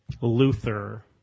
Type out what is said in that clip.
Luther